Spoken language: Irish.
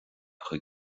chuig